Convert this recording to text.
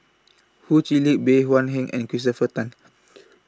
Ho Chee Lick Bey Hua Heng and Christopher Tan